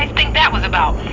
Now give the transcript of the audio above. think that was about?